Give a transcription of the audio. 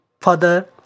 Father